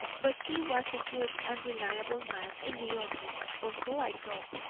but he was a good and reliable man in the office, or so i thought,